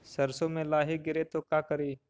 सरसो मे लाहि गिरे तो का करि?